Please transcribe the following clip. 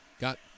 Got